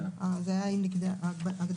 סליחה.